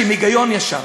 שהם היגיון ישר.